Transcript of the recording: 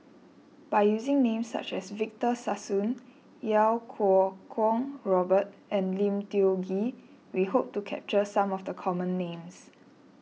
by using names such as Victor Sassoon Iau Kuo Kwong Robert and Lim Tiong Ghee we hope to capture some of the common names